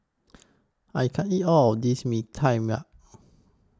I can't eat All of This Mee Tai Mak